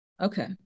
Okay